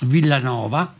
Villanova